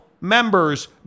members